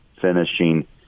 finishing